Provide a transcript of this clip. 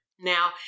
Now